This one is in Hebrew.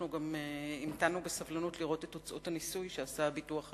אנחנו המתנו בסבלנות כדי לבחון את תוצאות הניסוי שעשה הביטוח הלאומי.